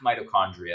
mitochondria